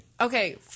Okay